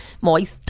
moist